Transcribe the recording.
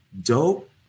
dope